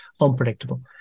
unpredictable